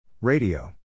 Radio